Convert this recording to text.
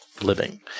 living